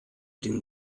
den